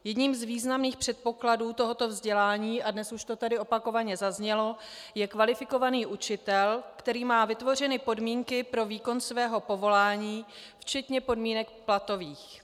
Jedním z významných předpokladů tohoto vzdělání, a dnes už to tady opakovaně zaznělo, je kvalifikovaný učitel, který má vytvořeny podmínky pro výkon svého povolání včetně podmínek platových.